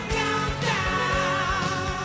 countdown